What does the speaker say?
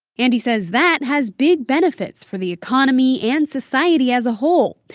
and said that has big benefits for the economy and society as a whole,